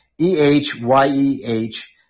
E-H-Y-E-H